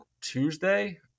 Tuesday